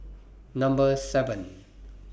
Number seven